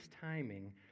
timing